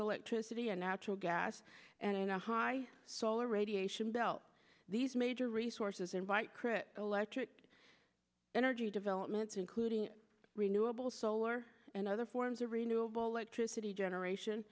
electricity and natural gas and in a high solar radiation belt these major resources invite chris electric energy developments including renewable solar and other forms of renewable electricity generation